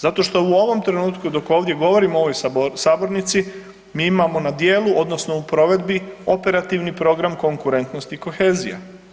Zato što u ovom trenutku dok ovo govorimo u ovoj sabornici mi imamo na djelu odnosno u provedbi Operativni program Konkurentnost i kohezija.